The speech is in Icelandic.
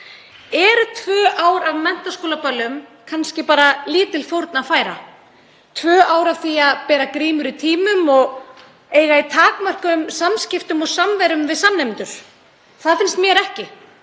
Eru tvö ár af menntaskólaböllum kannski bara lítil fórn að færa? Tvö ár af því að bera grímur í tímum og eiga í takmörkuðum samskiptum og samveru við samnemendur? Það finnst mér ekki.